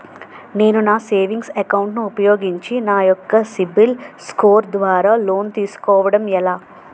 నేను నా savings account ను ఉపయోగించి నా యెక్క సిబిల్ స్కోర్ ద్వారా లోన్తీ సుకోవడం ఎలా?